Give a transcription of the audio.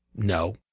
No